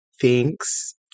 thinks